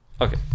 Okay